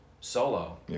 solo